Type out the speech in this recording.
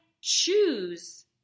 choose